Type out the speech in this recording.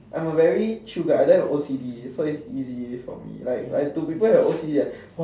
I'm very chill guy I don't have O_C_D so it's easy for me for people that have O_C_D